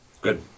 Good